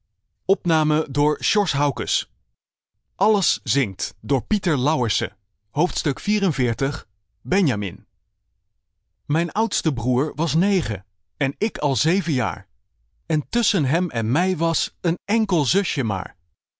lles zingt enjamin ijn oudste broer was negen en ik al zeven jaar en tusschen hem en mij was een enkel zusje maar